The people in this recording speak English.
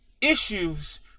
issues